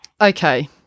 okay